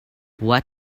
what